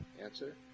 Answer